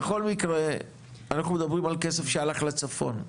בכל מקרה אנחנו מדברים על כסף שהלך לצפון,